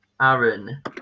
Aaron